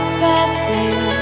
passing